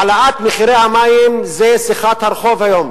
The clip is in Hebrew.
העלאת מחירי המים היא שיחת הרחוב היום.